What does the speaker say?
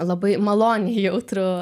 labai maloniai jautrų